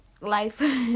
Life